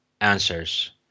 answers